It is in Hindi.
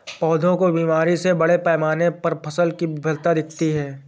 पौधों की बीमारी से बड़े पैमाने पर फसल की विफलता दिखती है